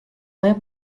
vajab